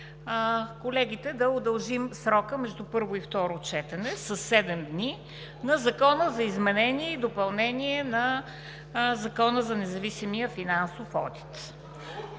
гласуване да удължим срока между първо и второ четене със седем дни на Законопроекта за изменение и допълнение на Закона за независимия финансов одит.